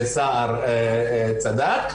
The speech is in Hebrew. של סטודנטים ערביים שקיימת היום במוסדות להשכלה